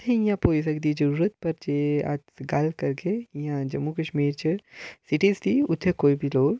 उत्थै इ'यां पेई सकदी जरूरत ते जे गल्ल करगे जम्मू कश्मीर च सीटिज दी उत्थै कोई बी लोक